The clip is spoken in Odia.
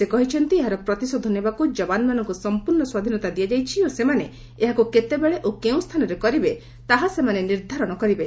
ସେ କହିଛନ୍ତି ଏହାର ପ୍ରତିଶୋଧ ନେବାକୁ ଯବାନମାନଙ୍କୁ ସମ୍ପୂର୍ଣ୍ଣ ସ୍ୱାଧୀନତା ଦିଆଯାଇଛି ଓ ସେମାନେ ଏହାକୁ କେତେବେଳେ ଓ କେଉଁସ୍ଥାନରେ କରିବେ ତାହା ସେମାନେ ନିର୍ଦ୍ଧାରଣ କରିବେ